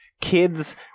Kids